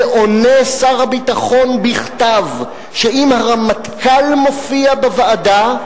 ועונה שר הביטחון בכתב שאם הרמטכ"ל מופיע בוועדה,